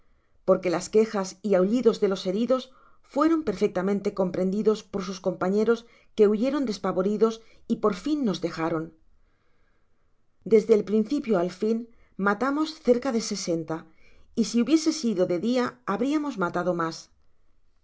porque las quejas y aullidos de los heridos fueron perfectamente comprendidos por sus compañeros que huyeron despavoridos y por fin nos dejaron desde el principio al fin matamos cercado sesenta y si hubiese sido de dia habriamos matado mas